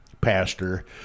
Pastor